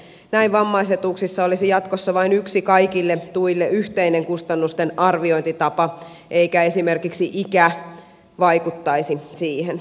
näin vammaisetuuksissa olisi jatkossa vain yksi kaikille tuille yhteinen kustannustenarviointitapa eikä esimerkiksi ikä vaikuttaisi siihen